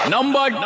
Number